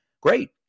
great